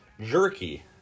jerky